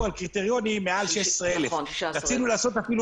על קריטריונים מעל 16,000. רצינו לעשות אפילו